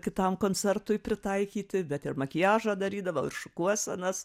kitam koncertui pritaikyti bet ir makiažą darydavau ir šukuosenas